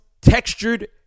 textured